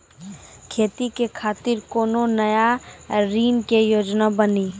खेती के खातिर कोनो नया ऋण के योजना बानी?